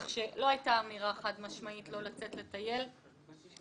פה הייתה אמירה חד משמעית לא לצאת לטייל בנחל.